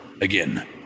Again